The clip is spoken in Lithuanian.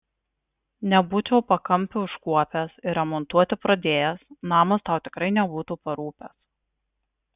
nebūčiau pakampių iškuopęs ir remontuoti pradėjęs namas tau tikrai nebūtų parūpęs